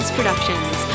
Productions